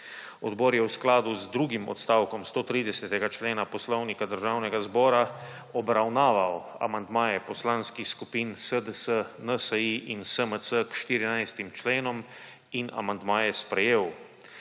Odbor je v skladu z drugim odstavkom 130. člena Poslovnika Državnega zbora obravnaval amandmaje poslanskih skupin SDS, NSi in SMC k 14. členom in amandmaje sprejel.